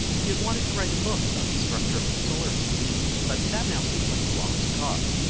he had wanted to write a book about the structure of the solar system, but that now seemed like a lost cause,